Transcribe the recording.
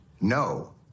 no